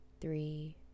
three